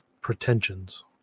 pretensions